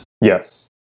Yes